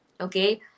okay